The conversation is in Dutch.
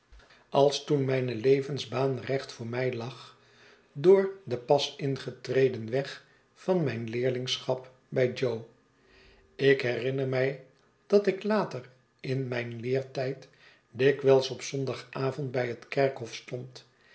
als toen mijne levensbaan recht voor mij lag door den pas ingetreden weg van mijn leerlingschap bij jo ik herinner mij dat ik later in mijn leertijd dikwijls op zondagavond bij het kerkhof stond